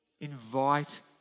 Invite